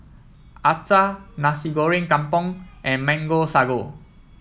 Acar Nasi Goreng Kampung and Mango Sago